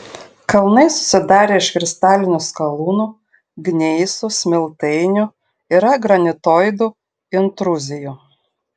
kalnai susidarę iš kristalinių skalūnų gneisų smiltainių yra granitoidų intruzijų